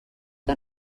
que